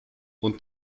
und